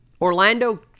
Orlando